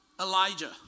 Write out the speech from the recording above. Elijah